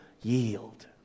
Yield